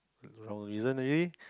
wrong reason already